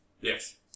Yes